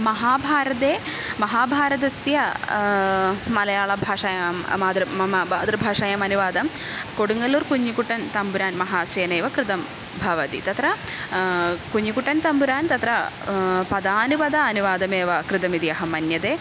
महाभारते महाभारतस्य मलयालभाषायां मातृ मम मातृभाषायाम् अनुवादं कोडुङ्गल्लूर् कुञ्जुकुटन् तम्बुरान् महाशयेनैव कृतं भवति तत्र कुञ्जुकुटन् तम्बुरान् तत्र पदानुवादः अनुवादमेव कृतमिति अहं मन्यते